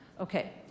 Okay